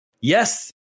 Yes